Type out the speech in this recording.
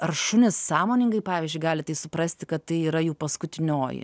ar šunys sąmoningai pavyzdžiui gali tai suprasti kad tai yra jų paskutinioji